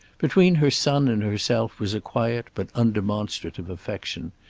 between her son and herself was a quiet but undemonstrative affection.